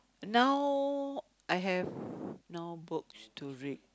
now I have no books to read